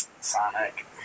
Sonic